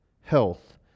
health